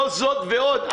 לא זאת ועוד,